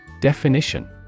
Definition